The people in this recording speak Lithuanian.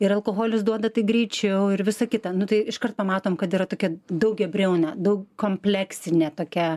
ir alkoholis duoda tai greičiau ir visą kitą nu tai iškart pamatom kad yra tokia daugiabriaunė daug kompleksinė tokia